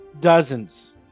Dozens